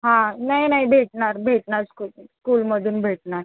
हां नाही नाही भेटणार भेटणार स्कूल स्कूलमधून भेटणार